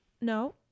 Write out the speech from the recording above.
no